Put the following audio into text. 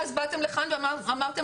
באתם לכאן ואמרתם